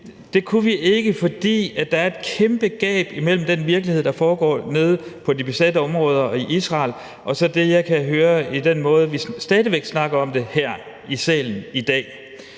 Det kunne vi ikke, fordi der er et kæmpe gab imellem den virkelighed, der foregår nede i de besatte områder og i Israel, og så den måde, jeg kan høre vi stadig væk snakker om det her i salen i dag.